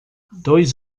dois